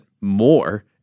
more